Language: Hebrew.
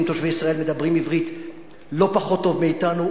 תושבי ישראל מדברים עברית לא פחות טוב מאתנו,